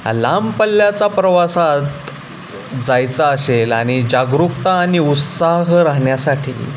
लांब पल्ल्याचा प्रवासात जायचा असेल आणि जागरूकता आणि उत्साह राहण्यासाठी